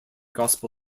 gospel